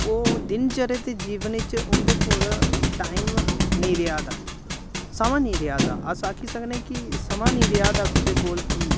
ओह् दिनचर्या जे जीवन च उं'दे कोल टाइम नेईं रेहा दा समां निं रेहा दा अस आखी सकनें कि समां निं रेहा दा कुसै कोल कि